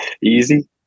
easy